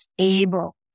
able